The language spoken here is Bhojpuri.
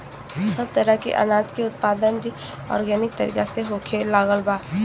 सब तरह के अनाज के उत्पादन भी आर्गेनिक तरीका से होखे लागल बा